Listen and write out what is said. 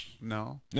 No